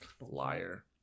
Liar